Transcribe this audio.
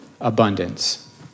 abundance